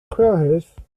chwiorydd